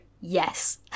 yes